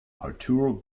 arturo